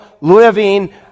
living